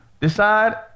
decide